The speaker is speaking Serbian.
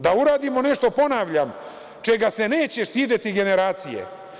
Da uradimo nešto, ponavljam, čega se neće stideti generacije.